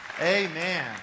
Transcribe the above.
amen